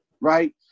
right